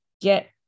get